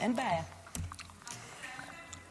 באופן מפתיע,